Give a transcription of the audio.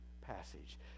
passage